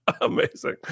Amazing